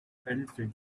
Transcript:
battlefield